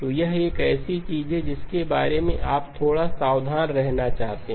तो यह एक ऐसी चीज है जिसके बारे में आप थोड़ा सावधान रहना चाहते हैं